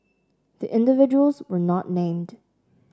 the individuals were not named